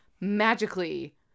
magically